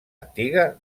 antiga